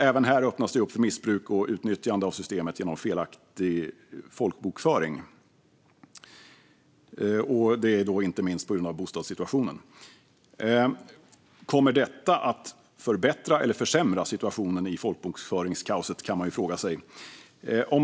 Även här öppnas det upp för missbruk och utnyttjande av systemet genom felaktig folkbokföring, inte minst på grund av bostadssituationen. Kommer detta att förbättra eller försämra situationen i folkbokföringskaoset, kan man fråga sig.